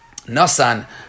nasan